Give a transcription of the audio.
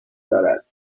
دارد